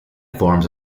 forms